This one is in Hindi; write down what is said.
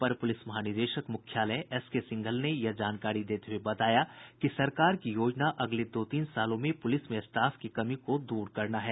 अपर पुलिस महानिदेशक मुख्यालय एसके सिंघल ने यह जानकारी देते हुये बताया कि सरकार की योजना अगले दो तीन सालों में पुलिस में स्टाफ की कमी को दूर करना है